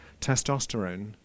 testosterone